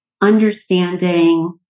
understanding